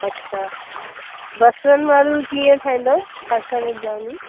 अच्छा बसरनि वारियूं कीअं ठाहींदा आहियो छा छा विझंदा आयो उन में